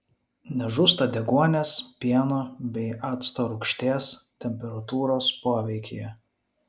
nežūsta deguonies pieno bei acto rūgšties temperatūros poveikyje